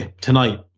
tonight